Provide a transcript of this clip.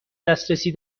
دسترسی